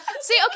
See